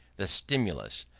the stimulus,